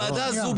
הוועדה הזו,